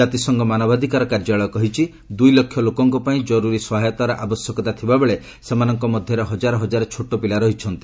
ଜାତିସଂଘ ମାନବାଧିକାର କାର୍ଯ୍ୟାଳୟ କହିଛି ଦୁଇ ଲକ୍ଷ ଲୋକଙ୍କ ପାଇଁ କରୁରି ସହାୟତାର ଆବଶ୍ୟକତା ଥିବାବେଳେ ସେମାନଙ୍କ ମଧ୍ୟରେ ହକାର ହକାର ଛୋଟ ପିଲା ରହିଛନ୍ତି